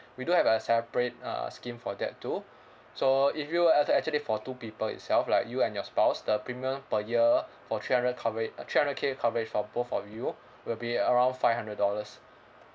we do have a separate uh scheme for that too so if you were uh to actually for two people itself like you and your spouse the premium per year for three hundred covera~ uh three hundred K coverage for both of you will be around five hundred dollars